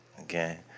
Okay